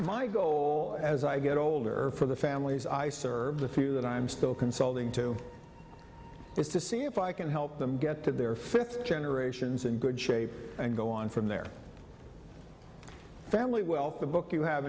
my goal as i get older for the families i serve the few that i'm still consulting to just to see if i can help them get to their fifth generations in good shape and go on from their family well the book you have